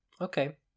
Okay